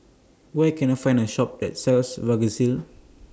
Where Can I Find A Shop that sells Vagisil